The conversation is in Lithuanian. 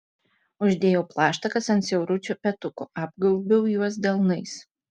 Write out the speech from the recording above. uždėjau plaštakas ant siauručių petukų apgaubiau juos delnais